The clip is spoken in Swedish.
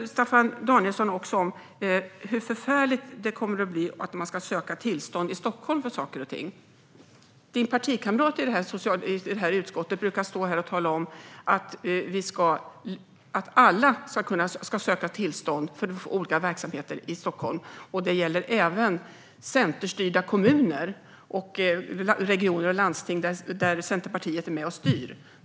Staffan Danielsson talar också om hur förfärligt det kommer att bli om man måste söka tillstånd i Stockholm för saker och ting. Hans partikamrat i utskottet brukar stå här och tala om att alla ska söka tillstånd för olika verksamheter i Stockholm. Det gäller även centerstyrda kommuner och regioner och landsting där Centerpartiet är med och styr.